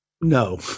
no